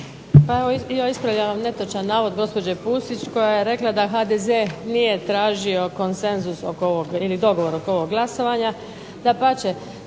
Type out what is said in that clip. Pa evo ja ispravljam netočan navod gospođe Pusić koja je rekla da HDZ nije tražio konsenzus oko ovog, ili dogovor oko ovog glasovanja.